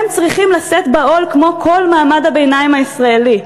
הם צריכים לשאת בעול כמו כל מעמד הביניים הישראלי".